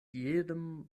jedem